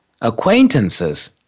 acquaintances